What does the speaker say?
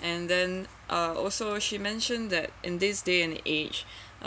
and then ah also she mentioned that in this day and age